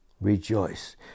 rejoice